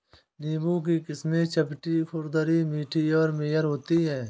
नींबू की किस्में चपटी, खुरदरी, मीठी और मेयर होती हैं